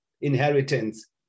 inheritance